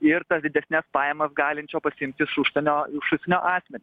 ir tas didesnes pajamas galinčio pasiimt iš užsienio iš užsienio asmenį